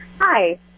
Hi